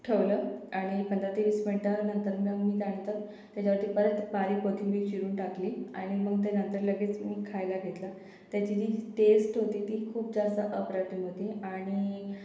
ठेवलं आणि पंदरा ते वीस मिंटानंतर मग मी त्यानंतर तेच्यावरती परत पाणी कोथिंबीर चिरून टाकली आणि मग ते नंतर लगेच मी खायला घेतलं त्याची जी टेस्ट होती ती खूप जास्त अप्रतिम होती आणि